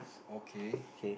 okay